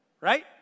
right